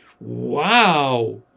Wow